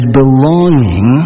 belonging